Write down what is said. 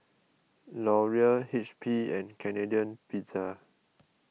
Laurier H P and Canadian Pizza